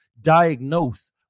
diagnose